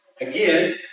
again